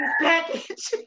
package